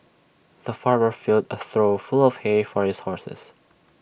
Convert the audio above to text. the farmer filled A trough full of hay for his horses